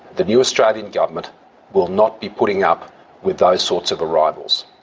the new australian government will not be putting up with those sorts of arrivals.